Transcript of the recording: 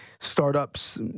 startups